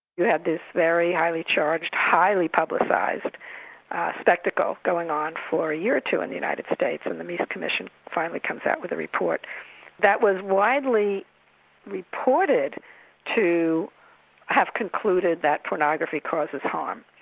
had this very highly charged, highly publicised spectacle going on for a year or two in the united states, and the meese commission finally comes out with a report that was widely reported to have concluded that pornography causes harm.